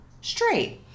straight